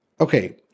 Okay